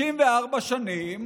54 שנים,